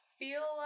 feel